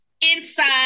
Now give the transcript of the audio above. inside